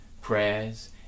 prayers